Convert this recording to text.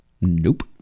Nope